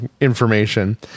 information